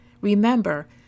Remember